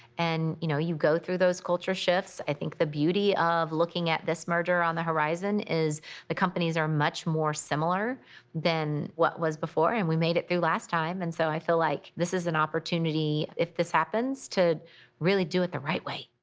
and you know, you go through those culture shifts. i think the beauty of looking at this merger on the horizon is the companies are much more similar than what was before, and we made it through last time and so i feel like this is an opportunity, if this happens to really do it the right way.